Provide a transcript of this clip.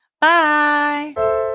Bye